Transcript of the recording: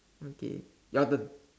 okay your turn